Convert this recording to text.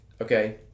Okay